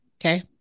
Okay